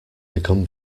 become